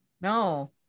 No